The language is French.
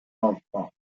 enfants